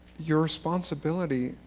your responsibility,